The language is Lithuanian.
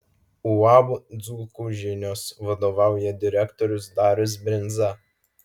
uab dzūkų žinios vadovauja direktorius darius brindza